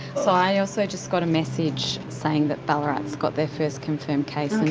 so i also just got a message saying that ballarat's got their first confirmed case.